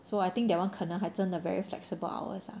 so I think that one 可能还真的 very flexible hours lah